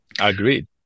Agreed